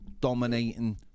dominating